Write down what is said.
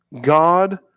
God